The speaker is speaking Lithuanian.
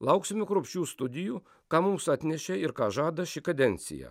lauksime kruopščių studijų ką mums atnešė ir ką žada ši kadencija